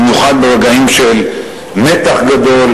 במיוחד ברגעים של מתח גדול